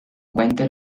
cuente